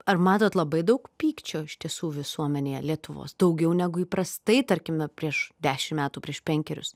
ar matot labai daug pykčio iš tiesų visuomenėje lietuvos daugiau negu įprastai tarkime prieš dešim metų prieš penkerius